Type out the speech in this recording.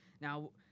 Now